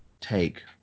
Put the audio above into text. take